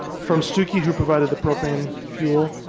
from sticky who provided the propane fuel.